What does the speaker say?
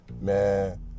man